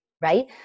Right